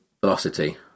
velocity